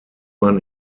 man